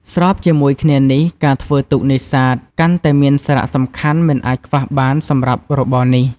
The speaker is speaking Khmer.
ស្របជាមួយគ្នានេះ ការធ្វើទូកនេសាទ កាន់តែមានសារៈសំខាន់មិនអាចខ្វះបានសម្រាប់របរនេះ។